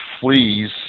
fleas